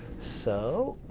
so